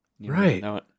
right